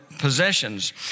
possessions